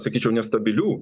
sakyčiau nestabilių